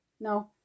No